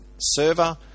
server